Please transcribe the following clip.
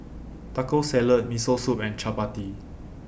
Taco Salad Miso Soup and Chapati